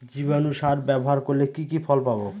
জীবাণু সার ব্যাবহার করলে কি কি ফল পাবো?